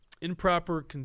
improper